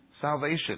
salvation